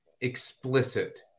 explicit